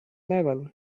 level